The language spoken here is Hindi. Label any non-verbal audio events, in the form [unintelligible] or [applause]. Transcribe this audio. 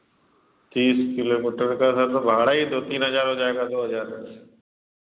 तीस किलोमीटर का [unintelligible] भाड़ा ही दो तीन हज़ार हो जाएगा दो हज़ार